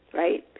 right